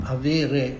avere